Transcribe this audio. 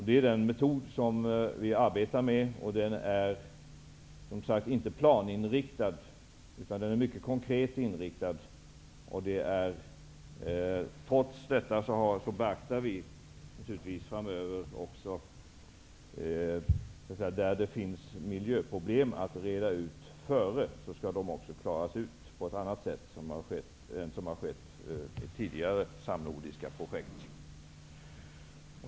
Det är den metod som vi arbeter efter, och den är inte planinriktad utan mycket konkret inriktad. Trots detta beaktar vi naturligtvis framöver också om det finns miljöproblem att reda ut. De skall klaras ut på ett annat sätt än som har skett i tidigare samnordiska projekt.